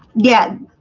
yeah,